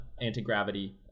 anti-gravity